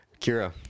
kira